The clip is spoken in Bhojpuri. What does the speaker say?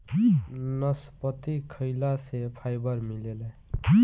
नसपति खाइला से फाइबर मिलेला